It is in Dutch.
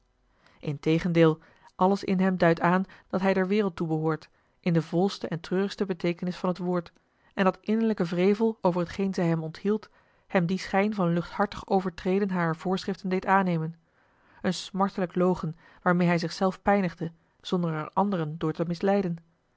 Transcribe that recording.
integendeel alles in hem duidt aan dat hij der wereld toebehoort in de volste en treurigste beteekenis van het woord en dat innerlijke wrevel over t geen zij hem onthield hem dien schijn van luchthartig overtreden harer voorschriften deed aannemen een smartelijke logen waarmeê hij zich zelf pijnigde zonder er anderen door te misleiden